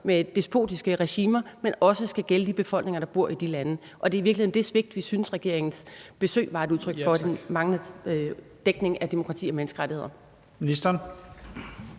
med despotiske regimer, men noget, der også skal gælde de befolkninger, der bor i de lande. Og det er i virkeligheden det svigt, vi synes regeringens besøg var et udtryk for: den manglende dækning af demokrati og menneskerettigheder.